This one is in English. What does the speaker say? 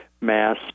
mass